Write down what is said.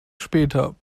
später